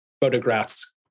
photographs